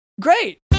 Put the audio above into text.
great